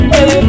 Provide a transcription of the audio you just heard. Hey